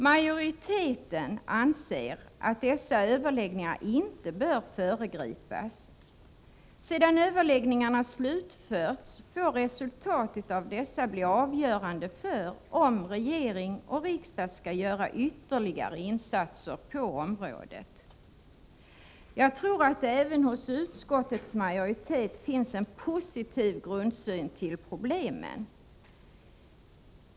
Majoriteten anser att dessa överläggningar inte bör föregripas. När överläggningarna slutförts får resultatet av dem bli avgörande för om regering och riksdag skall göra ytterligare insatser på området. Jag tror att även utskottets majoritet har en positiv grundsyn på problemen.